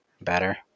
better